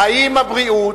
האם הבריאות?